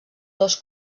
dos